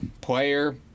player